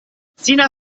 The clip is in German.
sina